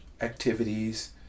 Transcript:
activities